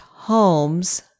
Holmes